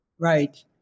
Right